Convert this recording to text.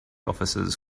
officers